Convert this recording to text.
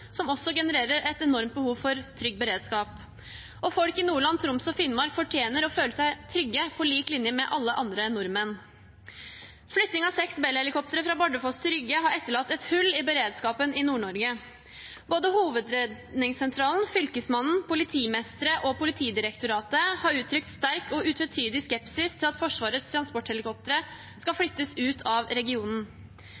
som også genererer et enormt behov for trygg beredskap. Folk i Nordland, Troms og Finnmark fortjener å føle seg trygge – på lik linje med alle andre nordmenn. Flyttingen av seks Bell-helikoptre fra Bardufoss til Rygge har etterlatt et hull i beredskapen i Nord-Norge. Både Hovedredningssentralen, Fylkesmannen, politimestre og Politidirektoratet har uttrykt sterk og utvetydig skepsis til at Forsvarets transporthelikoptre skal